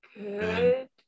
Good